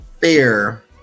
fair